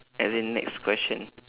as in next question